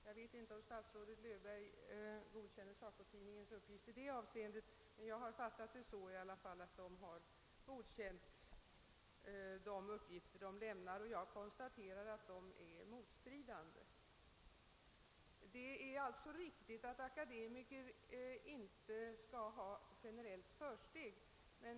Jag vet inte om statsrådet Löfberg godkänner SACO-tidningens uppgifter i det avseendet, men jag har 1 alla fall fattat det så att vederbörande godkänt de uppgifter som lämnats, och jag konstaterar att dessa är motstridande. "Det är alltså riktigt att akademiker inte skall ha-generellt försteg.